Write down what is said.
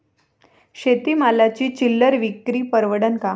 शेती मालाची चिल्लर विक्री परवडन का?